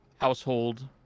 household